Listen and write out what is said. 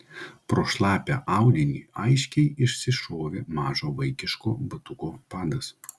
pro šlapią audinį aiškiai išsišovė mažo vaikiško batuko padas